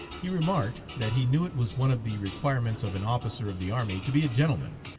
he remarked that he knew it was one of the requirements of an officer of the army to be a gentleman,